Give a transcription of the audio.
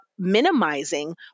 minimizing